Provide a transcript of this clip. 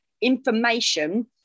information